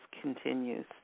continues